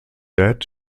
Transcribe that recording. dead